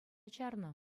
чарнӑ